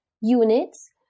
units